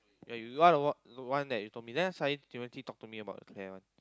ya you got to walk the one that you told me then suddenly Timothy talk to me the canal